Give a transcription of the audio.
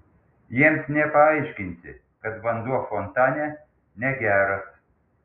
jiems nepaaiškinsi kad vanduo fontane negeras